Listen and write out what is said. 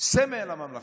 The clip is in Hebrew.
סמל הממלכתיות,